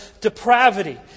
depravity